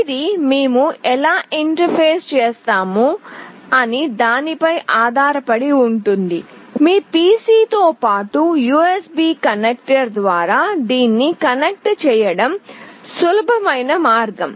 ఇది మేము ఎలా ఇంటర్ఫేస్ చేస్తాం అనే దానిపై ఆధారపడి ఉంటుంది మీ PC తో పాటు USB కనెక్టర్ ద్వారా దీన్ని కనెక్ట్ చేయడం సులభమయిన మార్గం